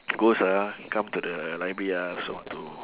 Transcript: ghost ah come to the library ah also want to